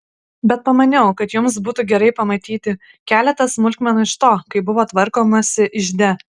bet pamaniau kad jums būtų gerai pamatyti keletą smulkmenų iš to kaip buvo tvarkomasi ižde